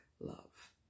love